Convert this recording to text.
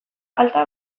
alta